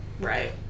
Right